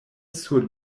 sur